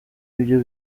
ibyo